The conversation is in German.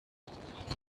das